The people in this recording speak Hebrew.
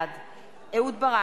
בעד אהוד ברק,